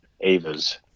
Ava's